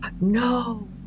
No